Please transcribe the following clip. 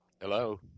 Hello